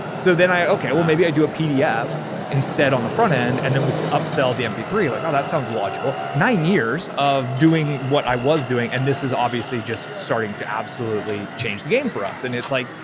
so then i, okay, well maybe i do a pdf instead on the front-end and then we upsell the m p three. you're like, oh, that sounds logical. nine years of doing what i was doing, and this is obviously just starting to absolutely change the game for us, and it's like,